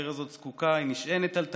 העיר הזאת זקוקה, היא נשענת על תיירות,